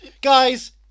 Guys